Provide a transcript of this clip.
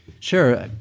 Sure